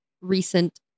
recent